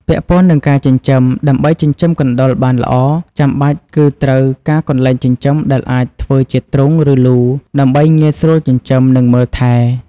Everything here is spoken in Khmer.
ពាក់ព័ន្ធនឹងការចិញ្ចឹម ដើម្បីចិញ្ចឹមកណ្តុរបានល្អ ចាំបាច់គឺត្រូវការកន្លែងចិញ្ចឹមដែលអាចធ្វើជាទ្រុង ឬ លូ ដើម្បីងាយស្រួលចិញ្ចឹម និង មើលថែ។